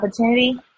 opportunity